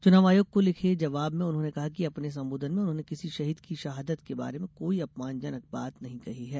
चुनाव आयोग को लिखे जबाव में उन्होंने कहा कि अपने संबोधन में उन्होंने किसी शहीद की शहादत के बारे में कोई अपमानजनक बात नहीं कही है